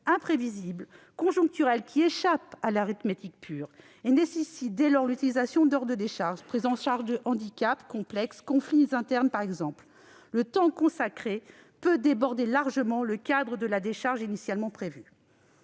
imprévisibles, conjoncturelles, qui échappent à l'arithmétique pure et nécessitent l'utilisation d'heures de décharge : prises en charge de handicaps complexes, conflits internes par exemple. Le temps qui leur est consacré peut déborder largement le cadre de la décharge initialement prévue.